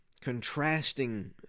contrasting